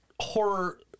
horror